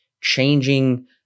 changing